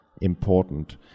important